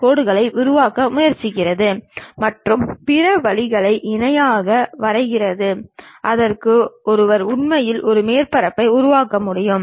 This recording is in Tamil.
ஆர்த்தோகிராஃபிக் புரொஜெக்ஷன்ஸ் என்பது ஒரு தொழில்நுட்ப வரைபடமாகும்